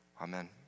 Amen